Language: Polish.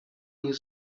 nie